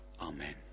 Amen